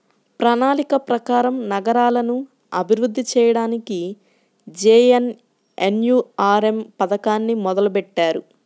ప్రణాళిక ప్రకారం నగరాలను అభివృద్ధి చెయ్యడానికి జేఎన్ఎన్యూఆర్ఎమ్ పథకాన్ని మొదలుబెట్టారు